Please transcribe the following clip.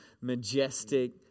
majestic